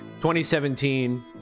2017